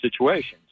situations